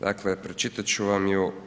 Dakle, pročitat ću vam ju.